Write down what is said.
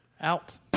Out